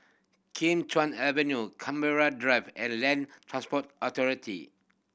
Kim Chuan Avenue Canberra Drive and Land Transport Authority